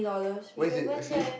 where is it I see